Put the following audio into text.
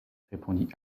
répondit